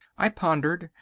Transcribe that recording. i pondered,